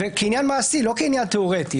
זה כעניין מעשי, לא כעניין תיאורטי.